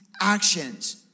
actions